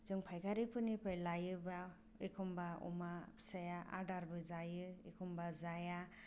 जों फायखारिफोरनिफ्राय लायोबा एखम्बा अमा फिसाया आदारबो जायो एखम्बा जाया